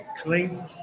clean